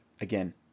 again